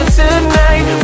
tonight